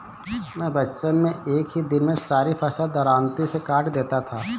मैं बचपन में एक ही दिन में सारी फसल दरांती से काट देता था